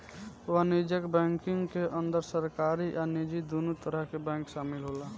वाणिज्यक बैंकिंग के अंदर सरकारी आ निजी दुनो तरह के बैंक शामिल होला